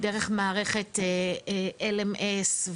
דרך מערכת LMS,